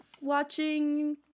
watching